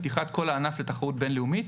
פתיחת כל הענף לתחרות בינלאומית.